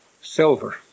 silver